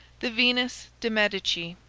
the venus de' medici